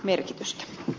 merkitys